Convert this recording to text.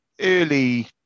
early